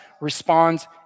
responds